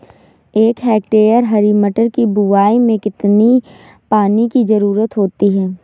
एक हेक्टेयर हरी मटर की बुवाई में कितनी पानी की ज़रुरत होती है?